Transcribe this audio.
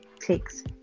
takes